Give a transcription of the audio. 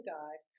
Guide